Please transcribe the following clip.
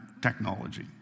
technology